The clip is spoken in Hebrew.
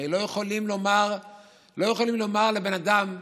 הרי לא יכולים לומר לבן אדם: